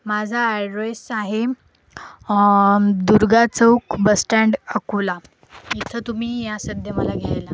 माझा ॲड्रेस आहे दुर्गा चौक बसस्टँड अकोला इथं तुमी या सध्या मला घ्यायला